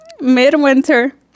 mid-winter